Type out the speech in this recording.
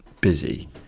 busy